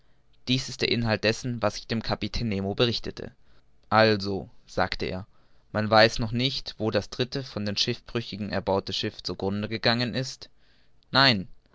dies ist der inhalt dessen was ich dem kapitän nemo berichtete also sagte er man weiß noch nicht wo das dritte von den schiffbrüchigen erbaute schiff zu grunde gegangen ist nein